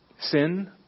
sin